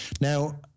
Now